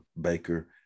Baker